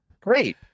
Great